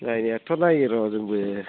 नायनायाथ' नायोर' जोंबो